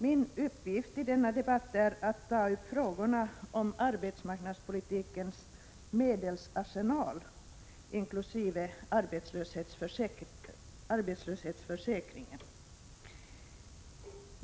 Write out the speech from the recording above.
Min uppgift i denna debatt är att ta upp frågorna om arbetsmarknadspolitikens medelsarsenal inkl. arbetslöshetsförsäkringen.